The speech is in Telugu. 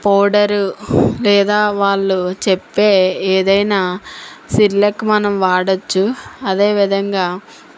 పౌడరు లేదా వాళ్ళు చెప్పే ఏదైన్న సెరిల్యాక్ మనం వాడవచ్చు అదే విధంగా